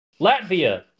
Latvia